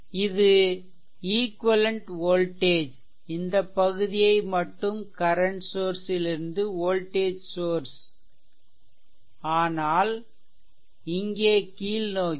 இது equivalent voltage இந்த பகுதியை மட்டும் கரன்ட் சோர்ஸ் லிருந்து வோல்டேஜ் சோர்ஸ் ஆனால் இங்கே கீழ்நோக்கி